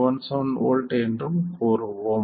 17 V என்றும் கூறுவோம்